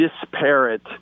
disparate